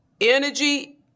energy